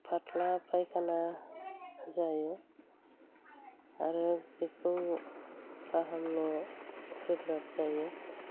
फात्ला फायखाना जायो आरो बेखौ फाहामनो गोब्राब जायो